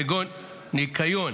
כגון ניקיון